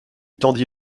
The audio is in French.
tendit